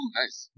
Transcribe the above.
nice